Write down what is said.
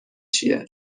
چیه